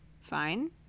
fine